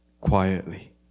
quietly